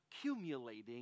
accumulating